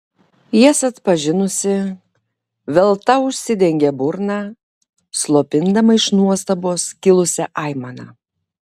jas atpažinusi velta užsidengė burną slopindama iš nuostabos kilusią aimaną